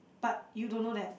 but you don't know that